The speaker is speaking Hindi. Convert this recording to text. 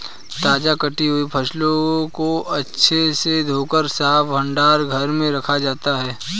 ताजा कटी हुई फसलों को अच्छे से धोकर साफ भंडार घर में रखा जाता है